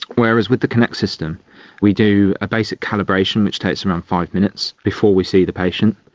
whereas with the kinect system we do a basic calibration which takes around five minutes before we see the patient,